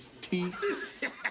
teeth